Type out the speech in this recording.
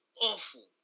awful